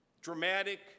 Dramatic